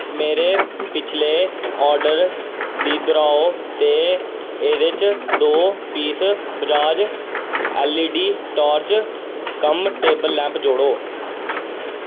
मेरे पिछले आर्डर गी दोहराओ ते एह्दे च दो piece Bajaj LED torch cum table lamp जोड़ो